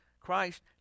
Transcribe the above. Christ